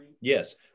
Yes